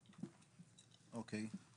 אוקיי.